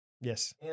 yes